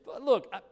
Look